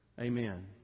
Amen